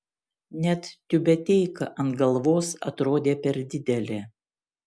net tiubeteika ant galvos atrodė per didelė